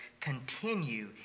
continue